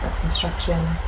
construction